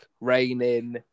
raining